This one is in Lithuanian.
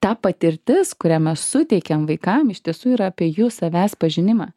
ta patirtis kurią mes suteikiam vaikam iš tiesų yra apie jų savęs pažinimą